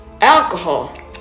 Alcohol